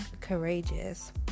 courageous